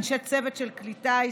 אנשי צוות של כלי טיס,